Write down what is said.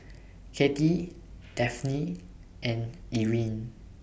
Katy Dafne and Irine